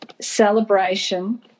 celebration